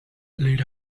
lit